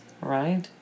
right